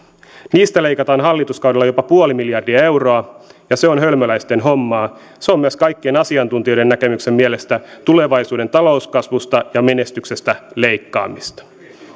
niistä leikataan hallituskaudella jopa puoli miljardia euroa ja se on hölmöläisten hommaa se on myös kaikkien asiantuntijoiden näkemyksen mielestä tulevaisuuden talouskasvusta ja menestyksestä leikkaamista